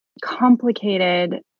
complicated